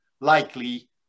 likely